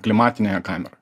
klimatinėje kameroj